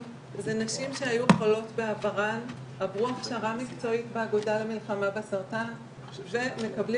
כי הרבה יותר מפחיד לעבור אחר כך אם לא מגלים